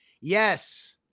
Yes